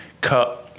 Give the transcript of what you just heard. cut